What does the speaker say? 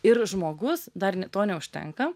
ir žmogus dar n to neužtenka